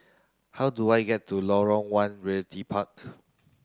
how do I get to Lorong one Realty Part